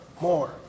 more